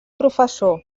professor